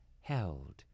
held